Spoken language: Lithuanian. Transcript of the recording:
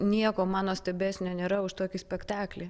nieko man nuostabesnio nėra už tokį spektaklį